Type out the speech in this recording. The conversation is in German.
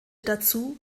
dazu